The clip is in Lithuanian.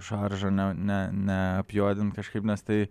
šaržo ne ne neapjuodinti kažkaip nes tai